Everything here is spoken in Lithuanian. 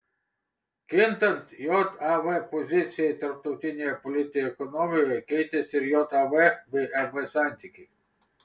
kintant jav pozicijai tarptautinėje politinėje ekonomijoje keitėsi ir jav bei eb santykiai